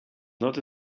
not